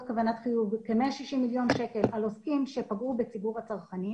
כוונה בסך 160 מיליון קלים שפגעו בציבור הצרכנים